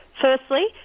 Firstly